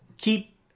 Keep